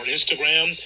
Instagram